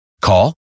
Call